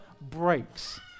breaks